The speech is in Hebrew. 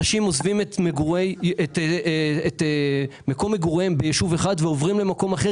אנשים עוזבים את מקום מגוריהם ביישוב אחד ועוברים למקום אחר,